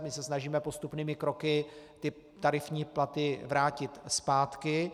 My se snažíme postupnými kroky tarifní platy vrátit zpátky.